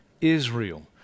Israel